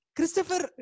Christopher